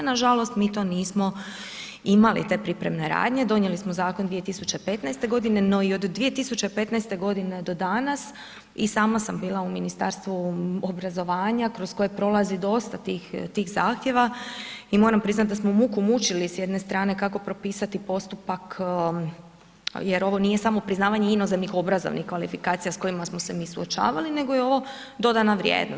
Nažalost mi to nismo imali te pripremne radnje, donijeli smo zakon 2015. godine, no i od 2015. godine do danas i sama sam bila u Ministarstvu obrazovanja kroz koje prolazi dosta tih zahtjeva i moram priznati da smo muku mučili s jedne strane kako propisati postupak, jer ovo nije samo priznavanje inozemnih obrazovnih kvalifikacija s kojima smo se mi suočavali, nego je ovo dodana vrijednost.